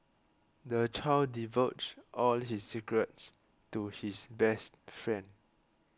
the child divulged all his secrets to his best friend